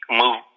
move